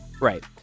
right